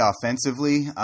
offensively